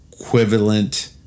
equivalent